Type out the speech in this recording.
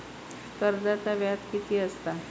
कर्जाचा व्याज कीती असता?